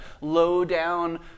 low-down